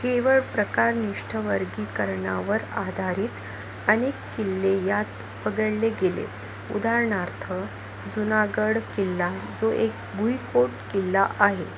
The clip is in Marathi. केवळ प्रकारनिष्ठ वर्गीकरणावर आधारित अनेक किल्ले यात वगळले गेले उदाहरणार्थ जुनागड किल्ला जो एक भुईकोट किल्ला आहे